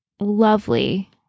lovely